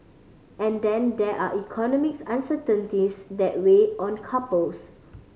and then there are economics uncertainties that weigh on couples